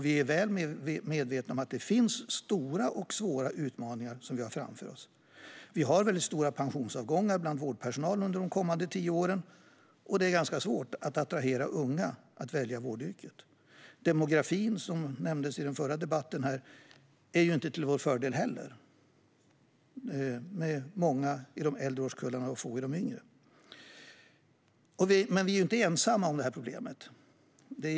Vi är väl medvetna om att vi har stora och svåra utmaningar framför oss. Vi har väldigt stora pensionsavgångar bland vårdpersonal under de kommande tio åren, och det är ganska svårt att attrahera unga att välja vårdyrket. Demografin, som nämndes i den förra debatten, är heller inte till vår fördel med många i de äldre årskullarna och få i de yngre. Vi är dock inte ensamma om problemet.